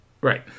Right